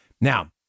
Now